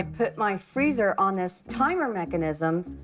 ah put my freezer on this timer mechanism.